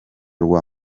rwa